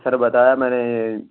سر بتایا میں نے